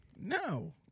No